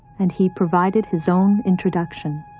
and he provided his own introduction.